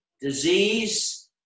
disease